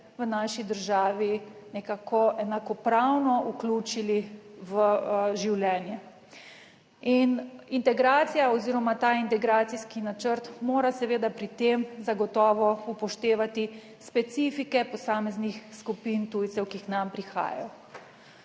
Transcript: v naši državi nekako enakopravno vključili v življenje. In integracija oziroma ta integracijski načrt mora seveda pri tem zagotovo upoštevati specifike posameznih skupin tujcev, ki k nam prihajajo.